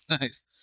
Nice